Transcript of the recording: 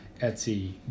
Etsy